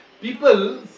People